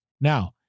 Now